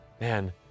Man